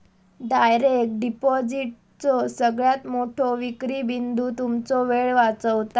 direct डिपॉजिटचो सगळ्यात मोठो विक्री बिंदू तुमचो वेळ वाचवता